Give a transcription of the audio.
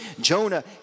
Jonah